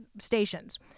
stations